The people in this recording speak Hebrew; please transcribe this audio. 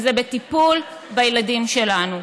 וזה בטיפול בילדים שלנו.